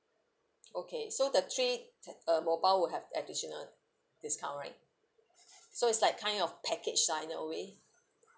okay so the three te~ uh mobile will have additional discount right so it's like kind of package ah in a way